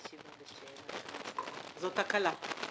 זאת הקלה.